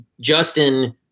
Justin